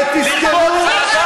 אין גבול?